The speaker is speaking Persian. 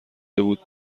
بود